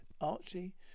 Archie